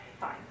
fine